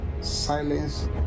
Silence